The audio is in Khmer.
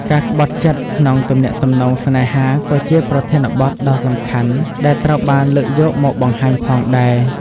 ការក្បត់ចិត្តក្នុងទំនាក់ទំនងស្នេហាក៏ជាប្រធានបទដ៏សំខាន់ដែលត្រូវបានលើកយកមកបង្ហាញផងដែរ។